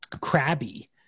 crabby